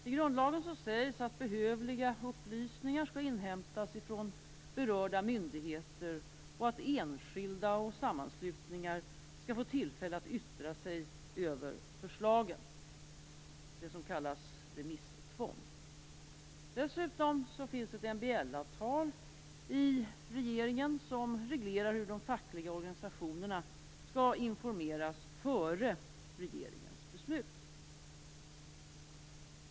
I grundlagen sägs att behövliga upplysningar skall inhämtas från berörda myndigheter och att enskilda och sammanslutningar skall få tillfälle att yttra sig över förslagen, det som kallas remisstvång. Dessutom finns ett MBL-avtal i regeringen, som reglerar hur de fackliga organisationerna skall informeras före regeringens beslut.